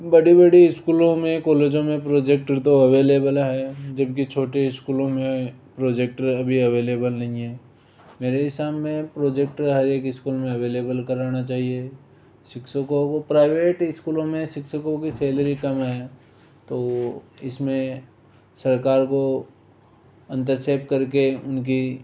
बड़े बड़े स्कूलों में कॉलेजो में प्रोजेक्टर तो अवेलेबल है जबकि छोटे स्कूलों में प्रोजेक्टर अभी अवेलेबल नहीं है मेरे सामने प्रोजेक्टर हर एक स्कूल में अवेलेबल कराना चाहिए शिक्षकों को प्राइवेट स्कूलों में शिक्षकों की सैलरी कम है तो इसमें सरकार को हस्तक्षेप करके उनकी